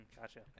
Gotcha